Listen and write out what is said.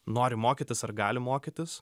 nori mokytis ar gali mokytis